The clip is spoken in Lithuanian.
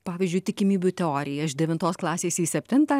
pavyzdžiui tikimybių teoriją iš devintos klasės į septintą